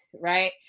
right